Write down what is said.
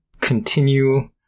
continue –